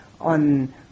on